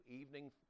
evening